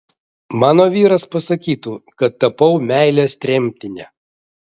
mano vyras pasakytų kad tapau meilės tremtine